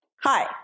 Hi